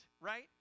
right